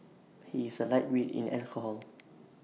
he is A lightweight in alcohol